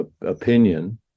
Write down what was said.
opinion